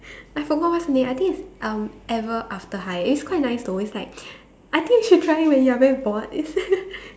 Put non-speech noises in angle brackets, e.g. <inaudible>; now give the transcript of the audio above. I forgot what's the name I think it's uh ever after high it's quite nice though it's like <breath> I think you should try it when you are very bored <laughs>